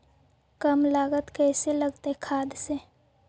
कम लागत कैसे लगतय खाद से?